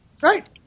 Right